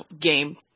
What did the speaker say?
game